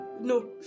no